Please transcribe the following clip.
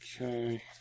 Okay